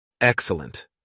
Excellent